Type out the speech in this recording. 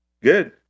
Good